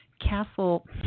castle